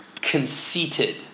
conceited